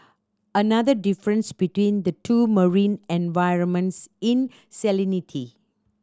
another difference between the two marine environments in salinity